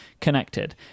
connected